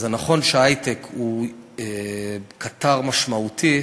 זה נכון שהיי-טק הוא קטר משמעותי,